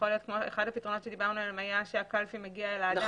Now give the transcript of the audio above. אחד הפתרונות עליו דיברנו היה שהקלפי מגיעה אל האדם.